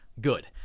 Good